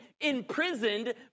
imprisoned